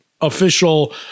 official